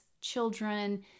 children